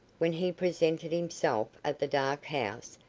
when he presented himself at the dark house,